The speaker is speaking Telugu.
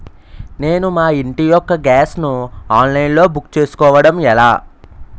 నేను మా ఇంటి యెక్క గ్యాస్ ను ఆన్లైన్ లో బుక్ చేసుకోవడం ఎలా?